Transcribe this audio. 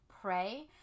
Pray